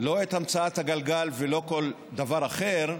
לא את המצאת הגלגל ולא כל דבר אחר,